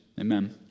amen